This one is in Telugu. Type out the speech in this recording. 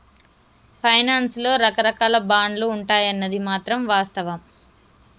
ఫైనాన్స్ లో రకరాకాల బాండ్లు ఉంటాయన్నది మాత్రం వాస్తవం